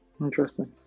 Interesting